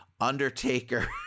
Undertaker